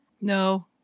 No